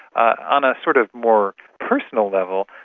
on a sort of more personal level,